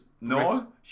No